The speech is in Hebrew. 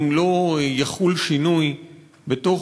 אם לא יחול שינוי בתוך,